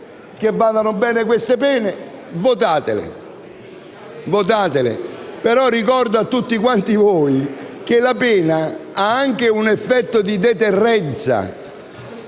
che vadano bene queste pene? Votatele; però ricordo a tutti voi che la pena ha anche un effetto di deterrenza,